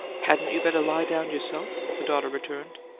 hadn't you better lie down yourself? the daughter returned.